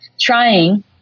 trying